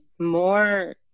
more